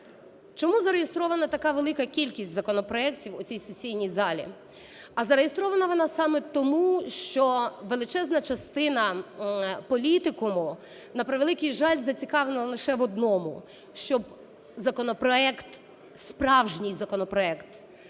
Чому зареєстрована така велика кількість законопроектів у цій сесійній залі? А зареєстрована вона саме тому, що величезна частина політикуму, на превеликий жаль, зацікавлена лише в одному, щоб законопроект,